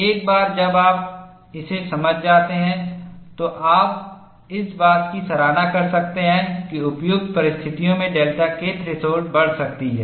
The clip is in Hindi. एक बार जब आप इसे समझ जाते हैं तो आप इस बात की सराहना कर सकते हैं कि उपयुक्त परिस्थितियों में डेल्टा K थ्रेशोल्ड बढ़ सकती है